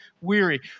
weary